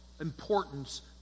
importance